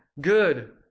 good